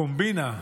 קומבינה,